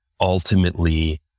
ultimately